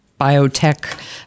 biotech